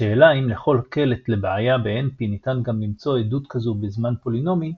השאלה האם לכל קלט לבעיה בNP ניתן גם למצוא עדות כזו בזמן פולינומי,